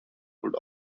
could